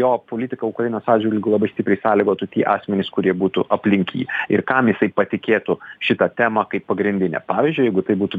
jo politiką ukrainos atžvilgiu labai stipriai sąlygotų tie asmenys kurie būtų aplink jį ir kam jisai patikėtų šitą temą kaip pagrindinę pavyzdžiui jeigu tai būtų